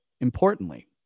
Importantly